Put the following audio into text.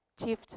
Chief